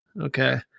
okay